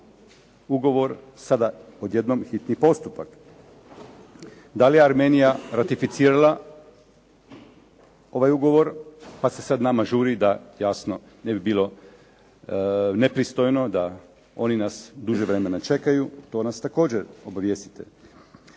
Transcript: ugovor, sada odjednom hitni postupak. DA li je Armenija ratificirala ovaj ugovor pa se sada nama žuri da jasno ne bi bilo nepristojno da oni nas duže vremena čekaju, to nas također obavijestite.